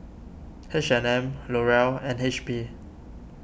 HandM L'Oreal and H P